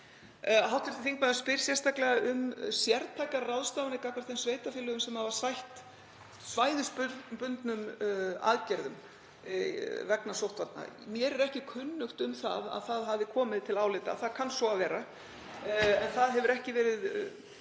til. Hv. þingmaður spyr sérstaklega um sértækar ráðstafanir gagnvart þeim sveitarfélögum sem sætt hafa svæðisbundnum aðgerðum vegna sóttvarna. Mér er ekki kunnugt um að það hafi komið til álita. Það kann að vera en það hefur ekki verið